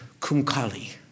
Kumkali